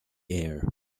air